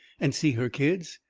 and see her kids?